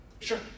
Sure